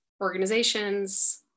organizations